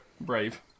brave